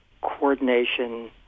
coordination